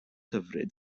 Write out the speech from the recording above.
hyfryd